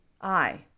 I